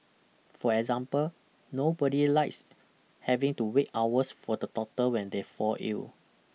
for example nobody likes having to wait hours for the doctor when they fall ill